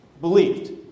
believed